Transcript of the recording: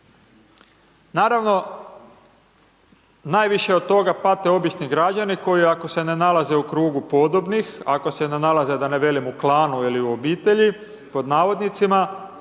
Naravno, najviše od toga pate obični građani koji ako se ne nalaze u krugu podobnih, ako se ne nalaze da ne velim u klanu ili u obitelji pod navodnicima,